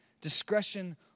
Discretion